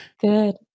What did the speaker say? Good